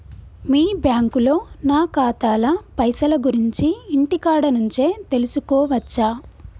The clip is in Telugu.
మీ బ్యాంకులో నా ఖాతాల పైసల గురించి ఇంటికాడ నుంచే తెలుసుకోవచ్చా?